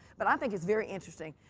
but, i think it's very interesting,